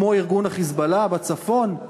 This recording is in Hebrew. כמו ארגון ה"חיזבאללה" בצפון?